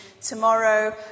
tomorrow